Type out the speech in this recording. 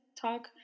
talk